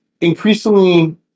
increasingly